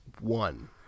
One